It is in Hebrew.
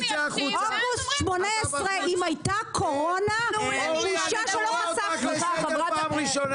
אורלי אני קורא אותך לסדר פעם ראשונה.